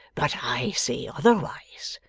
but i say otherwise.